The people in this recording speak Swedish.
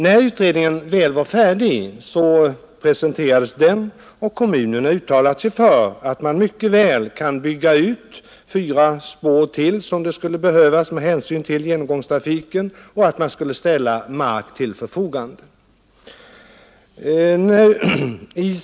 När utredningen väl var färdig presenterades den, och kommunen har uttalat sig för att man mycket väl kan bygga ut fyra spår till, som skulle behövas med hänsyn till genomgångstrafiken, och att man skulle ställa mark till förfogande.